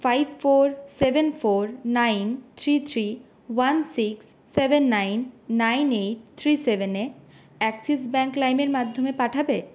five four seven four nine three three one six seven nine nine eight three সেভেনে Axis Bank লাইমের মাধ্যমে পাঠাবে